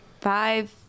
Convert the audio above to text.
five